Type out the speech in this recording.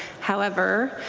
however,